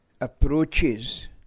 approaches